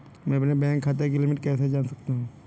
अपने बैंक खाते की लिमिट कैसे जान सकता हूं?